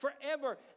forever